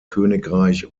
königreich